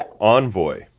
Envoy